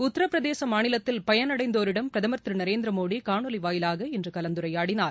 உத்தரப்பிரதேச மாநிலத்தில் பயனடைந்தோரிடம் பிரதமர் திரு நரேந்திர மோடி காணொலி வாயிவாக இன்று கலந்துரையாடினார்